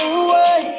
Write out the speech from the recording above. away